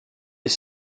les